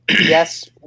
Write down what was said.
Yes